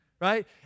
right